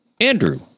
andrew